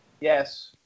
Yes